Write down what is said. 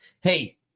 Hey